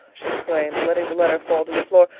she exclaimed, letting the letter fall to the floor.